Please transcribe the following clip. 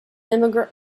immigrant